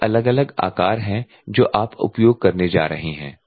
ये अलग अलग आकार हैं जो आप उपयोग करने जा रहे हैं